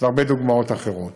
יש הרבה דוגמאות אחרות.